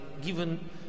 given